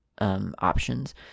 Options